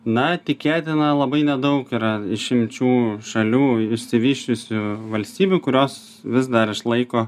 na tikėtina labai nedaug yra išimčių šalių išsivysčiusių valstybių kurios vis dar išlaiko